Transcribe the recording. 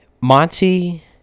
Monty